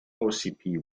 ossipee